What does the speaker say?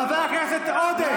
חבר הכנסת עודה.